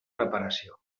reparació